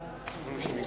אדוני חבר הכנסת יריב לוין.